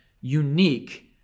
unique